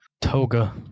Toga